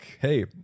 hey